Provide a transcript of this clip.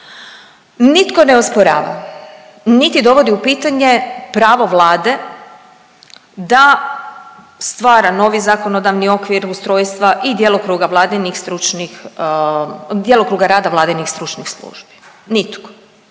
Nitko ne osporava, niti dovodi u pitanje pravo Vlade da stvara novi zakonodavni okvir ustrojstva i djelokruga vladinih stručnih,